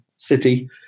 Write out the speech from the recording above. city